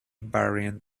variant